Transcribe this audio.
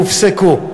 הופסקו.